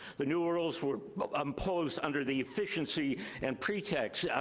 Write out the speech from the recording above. the new rules were but ah imposed under the efficiency and pretext.